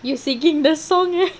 you singing the song eh